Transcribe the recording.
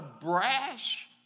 brash